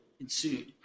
ensued